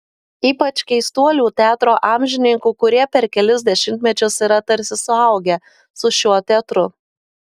ypač keistuolių teatro amžininkų kurie per kelis dešimtmečius yra tarsi suaugę su šiuo teatru